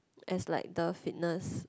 as like the fitness